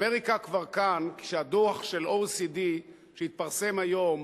אמריקה כבר כאן, כשהדוח של OECD שהתפרסם היום